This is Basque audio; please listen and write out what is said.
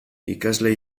ikasle